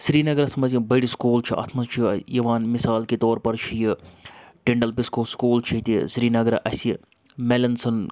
سرینَگرَس منٛز یِم بٔڑۍ سکوٗل چھِ اَتھ منٛز چھِ یِوان مِثال کے طور پَر چھِ یہِ ٹِنڈَل بِسکو سکوٗل چھُ ییٚتہِ سرینَگرٕ اَسہِ میلنسن